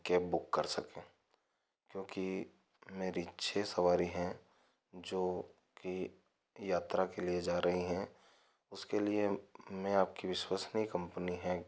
cab book कर सकें क्योंकि मेरी छः सवारी हैं जो कि यात्रा के लिए जा रही हैं उसके लिए मैं आपकी विश्वसनीय कंपनी है